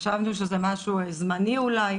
חשבנו שזה משהו זמני אולי,